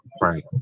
right